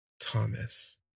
Thomas